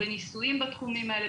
בניסויים בתחומים האלה,